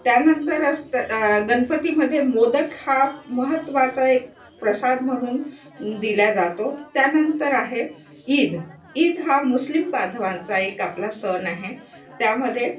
त्यानंतर असतं गणपतीमध्ये मोदक हा महत्त्वाचा एक प्रसाद म्हणून दिल्या जातो त्यानंतर आहे ईद ईद हा मुस्लिम बांधवांचा एक आपला सण आहे त्यामध्ये